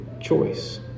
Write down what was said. choice